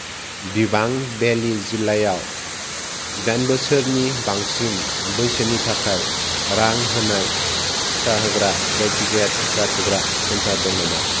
दिबां valley जिल्लायाव जिदाइन बोसोरनि बांसिन बैसोनि थाखाय रां होनाय टिका होग्रा जायखिजाया टिका थुग्रा सेन्टार दं नामा